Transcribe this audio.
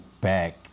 back